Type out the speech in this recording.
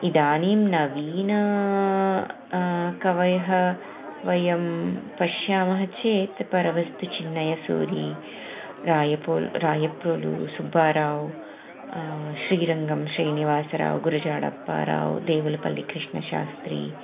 इदानीं नवीन कवयः वयं पश्यामः चेत् परवस्तु चिन्नयसूरी रायपोल् रायप्रुलु सुब्बाराव् श्रीरङ्गं श्रीनिवासराव् गुरुजाळप्पाराव् देवलुपल्लिकृष्णशास्त्री